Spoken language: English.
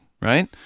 right